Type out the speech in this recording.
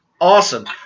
awesome